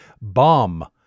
Bomb